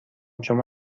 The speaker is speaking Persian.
شما